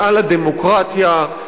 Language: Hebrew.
מעל לדמוקרטיה,